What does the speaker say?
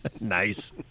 Nice